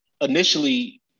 initially